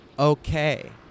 okay